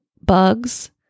bugs